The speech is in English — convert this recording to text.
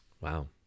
Wow